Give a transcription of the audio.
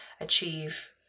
achieve